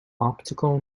optical